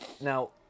Now